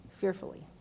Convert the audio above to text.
fearfully